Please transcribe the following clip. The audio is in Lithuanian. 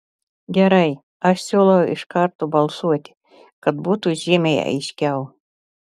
gerai aš siūlau iš karto balsuoti kad būtų žymiai aiškiau